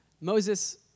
Moses